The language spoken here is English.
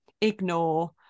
ignore